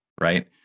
right